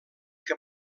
que